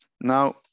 Now